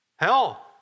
Hell